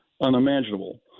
unimaginable